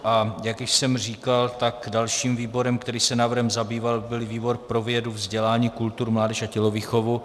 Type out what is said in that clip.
Jak již jsem říkal, tak dalším výborem, který se návrhem zabýval, byl výbor pro vědu, vzdělání, kulturu, mládež a tělovýchovu.